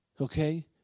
Okay